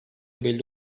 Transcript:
belli